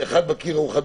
האנשים.